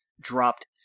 dropped